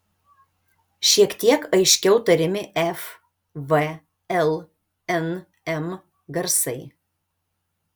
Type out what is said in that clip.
šiek tiek aiškiau tariami f v l n m garsai